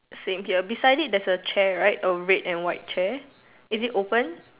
same here beside it there's a chair right a red and white chair is it open